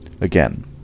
Again